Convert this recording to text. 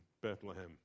Bethlehem